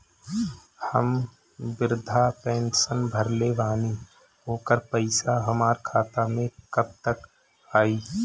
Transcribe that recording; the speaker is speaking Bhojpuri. हम विर्धा पैंसैन भरले बानी ओकर पईसा हमार खाता मे कब तक आई?